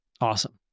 Awesome